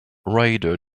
rider